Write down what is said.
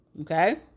okay